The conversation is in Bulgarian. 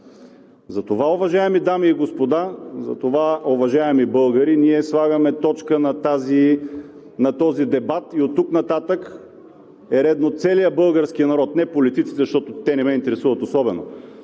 Затова, уважаеми дами и господа, затова, уважаеми българи, ние слагаме точка на този дебат и оттук нататък е редно целият български народ – не политиците, защото те не ме интересуват особено,